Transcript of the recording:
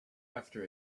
after